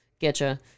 getcha